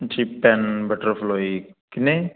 ਅੱਛਾ ਜੀ ਤਿੰਨ ਬਟਰ ਫਲੋਰੀ ਕਿੰਨੇ